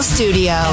Studio